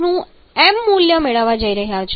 નું m મૂલ્ય મેળવવા જઈ રહ્યા છો